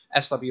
SW